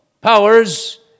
powers